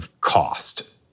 cost